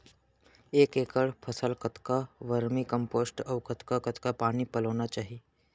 एक एकड़ फसल कतका वर्मीकम्पोस्ट अऊ कतका कतका पानी पलोना चाही?